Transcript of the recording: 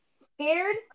scared